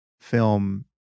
film